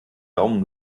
daumen